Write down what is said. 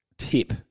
Tip